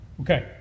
Okay